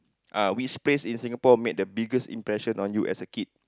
ah which place in Singapore made the biggest impression on you as a kid